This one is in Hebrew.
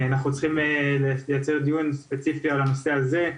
אנחנו צריכים לייצר דיון ספציפי מאוד על הנושא הזה,